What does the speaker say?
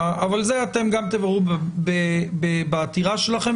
אבל זה אתם גם תבררו בעתירה שלכם,